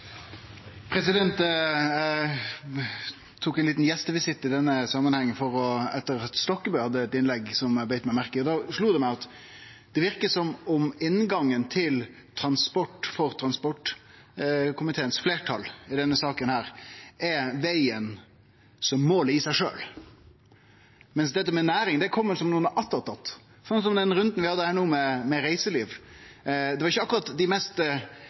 Eg gjer ein liten gjestevisitt i denne samanhengen, etter at Stokkebø hadde eit innlegg som eg beit meg merke i. Da slo det meg at det verkar som om inngangen til transport for transportkomiteens fleirtal i denne saka er vegen som målet i seg sjølv, mens dette med næring kjem som noko attåt – sånn som den runden vi no hadde om reiseliv. Det var ikkje akkurat dei